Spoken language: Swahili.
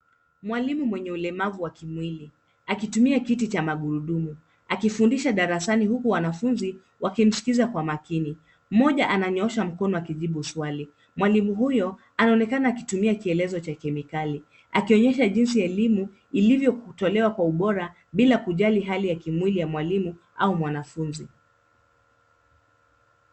Mwalimu mwenye ulemavu wa kimwili akitumia kiti cha magurudumu akifundisha darasani huku wanafunzi wakimskiza kwa makini. Mmoja ananyoosha mkono akijibu swali. Mwalimu huyo anaonekana akitumia kielezo cha kemikali akionyesha jinsi elimu ilivyotolewa kwa ubora bila kujali hali ya kimwili ya mwalimu au mwanafunzi.